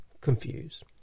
confuse